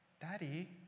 daddy